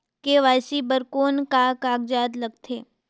KYC बर कौन का कागजात लगथे?